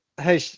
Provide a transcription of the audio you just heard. hey